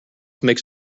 makes